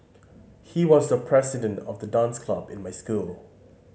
he was the president of the dance club in my school